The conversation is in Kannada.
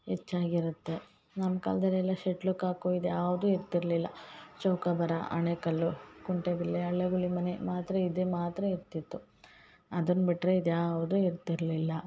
ಹೆಚ್ಚಾಗಿರುತ್ತೆ ನಮ್ಮ ಕಾಲ್ದಲ್ಲಿ ಎಲ್ಲ ಶೆಟ್ಲ್ಕಾಕು ಇದು ಯಾವುದು ಇರ್ತಿರಲಿಲ್ಲ ಚೌಕಾಬಾರ ಅಣೆಕಲ್ಲು ಕುಂಟೆಬಿಲ್ಲೆ ಅಳೆಗುಳಿ ಮನೆ ಮಾತ್ರ ಇದೆ ಮಾತ್ರ ಇರ್ತಿತ್ತು ಅದನ್ನ ಬಿಟ್ಟರೆ ಇದು ಯಾವುದೂ ಇರ್ತಿರಲಿಲ್ಲ